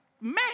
Man